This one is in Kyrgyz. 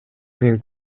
мен